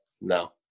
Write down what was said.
No